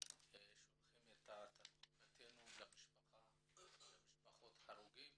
שולחים את תנחומינו למשפחות ההרוגים